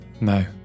No